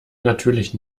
natürlich